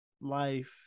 life